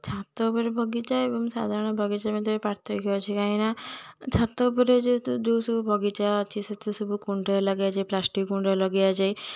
ଛାତ ଉପରେ ବଗିଚା ଏବଂ ସାଧାରଣ ବଗିଚା ମଧ୍ୟରେ ପାର୍ଥକ୍ୟ ଅଛି କାହିଁକିନା ଛାତ ଉପରେ ଯେହେତୁ ଯେଉଁ ନ ସବୁ ବଗିଚା ଅଛି ସେଥିରେ ସବୁ କୁଣ୍ଡରେ ଲଗାଯାଏ ପ୍ଲାଷ୍ଟିକ୍ କୁଣ୍ଡରେ ଲଗିଆଯାଏ